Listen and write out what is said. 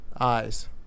Eyes